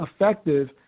effective